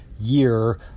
year